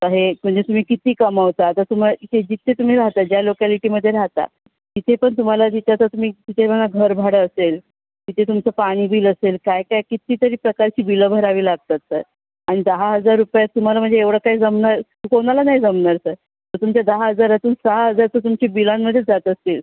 आता हे म्हणजे तुम्ही किती कमावता तर तुम्हाला इथे जिथे तुम्ही राहता ज्या लोकॅलिटीमध्ये राहता तिथे पण तुम्हाला जिथे आता तुम्ही एव्हाना घर भाडं असेल तिथे तुमचं पाणी बिल असेल काय काय कित्तीतरी प्रकारची बिलं भरावी लागतात सर आणि दहा हजार रुपयात तुम्हाला म्हणजे एवढं काही जमणार कोणाला नाही जमणार सर तर तुमचे दहा हजारातून सहा हजार तर तुमची बिलांमधेच जात असतील